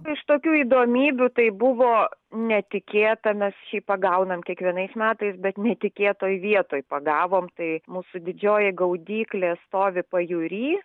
iš tokių įdomybių tai buvo netikėta mes šiaip pagaunam kiekvienais metais bet netikėtoj vietoj pagavom tai mūsų didžioji gaudyklė stovi pajūry